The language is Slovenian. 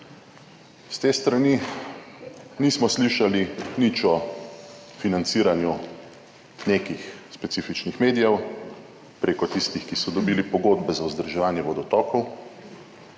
S te strani nismo slišali nič o financiranju nekih specifičnih medijev preko tistih, ki so dobili pogodbe za vzdrževanje vodotokov,